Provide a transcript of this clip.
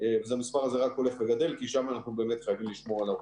והמספר הזה רק הולך וגדל כי שם אנחנו באמת חייבים לשמור על האוכלוסייה.